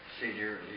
Senior